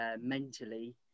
mentally